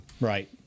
Right